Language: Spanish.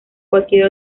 cualquier